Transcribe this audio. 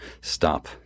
Stop